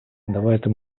давайте